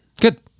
Good